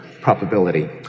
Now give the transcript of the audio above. probability